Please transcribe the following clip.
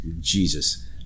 Jesus